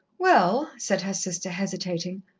well, said her sister, hesitating,